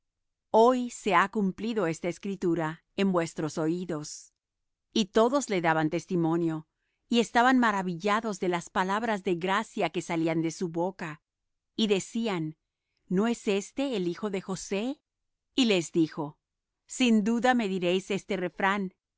hoy se ha cumplido esta escritura en vuestros oídos y todos le daban testimonio y estaban maravillados de las palabras de gracia que salían de su boca y decían no es éste el hijo de josé y les dijo sin duda me diréis este refrán